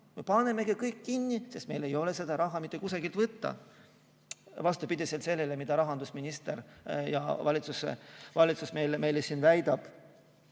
nad panevadki kõik kinni, sest neil ei ole seda raha mitte kusagilt võtta – vastupidi sellele, mida rahandusminister ja valitsus meile siin väidavad.